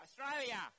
Australia